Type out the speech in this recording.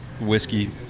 whiskey